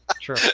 True